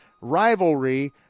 rivalry